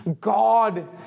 God